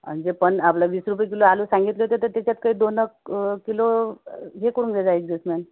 अन जे पन आपलं वीस रुपये किलो आलू सांगितले होते तर त्याच्यात ते दोनक किलो हे करून द्या ॲड्जस्टमेन्ट